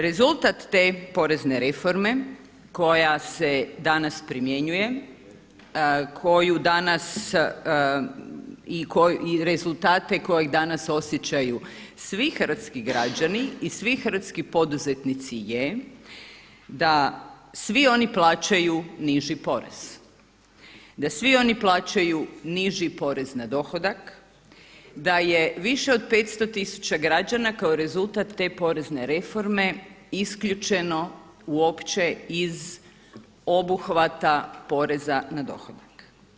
Rezultat te porezne reforme koja se danas primjenjuje, koju danas i rezultate kojeg danas osjećaju svi hrvatski građani i svi hrvatski poduzetnici je da svi oni plaćaju niži porez, da svi oni plaćaju niži porez na dohodak, da je više od 500 000 građana kao rezultat te porezne reforme isključeno uopće iz obuhvata poreza na dohodak.